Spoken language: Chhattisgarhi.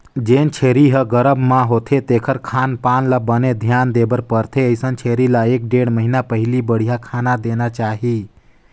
जेन छेरी ह गरभ म होथे तेखर खान पान ल बने धियान देबर परथे, अइसन छेरी ल एक ढ़ेड़ महिना पहिली बड़िहा खाना देना चाही